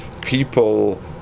people